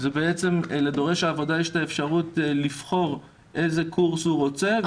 לדורש העבודה יש את האפשרות לבחור איזה קורס הוא רוצה.